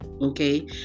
Okay